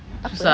apa